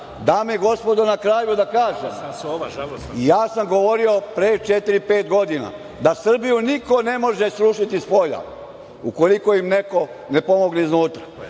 i gospodo, na kraju da kažem, ja sam govorio pre četiri, pet godina da Srbiju niko ne može srušiti spolja ukoliko im neko ne pomogne iznutra.